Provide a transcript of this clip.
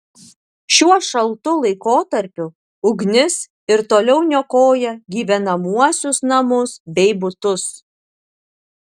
šiuo šaltu laikotarpiu ugnis ir toliau niokoja gyvenamuosius namus bei butus